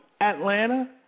Atlanta